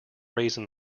raisin